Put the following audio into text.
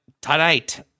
tonight